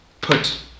put